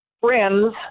friends